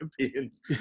champions